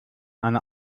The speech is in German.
eine